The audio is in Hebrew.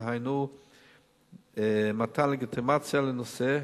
דהיינו מתן לגיטימציה לנושא,